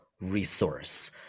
resource